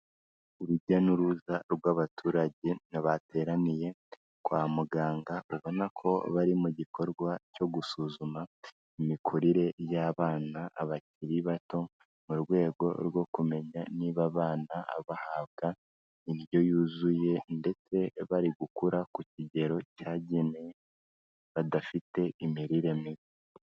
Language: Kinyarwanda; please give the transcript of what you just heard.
Urujya n'uruza rw'abaturage bateraniye kwa muganga ubona ko bari mu gikorwa cyo gusuzuma imikurire y'abana bakiri bato, mu rwego rwo kumenya niba abana bahabwa indyo yuzuye ndetse bari gukura ku kigero cyagenwe badafite imirire mibi.